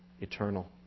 eternal